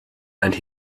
and